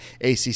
ACC